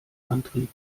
antrieb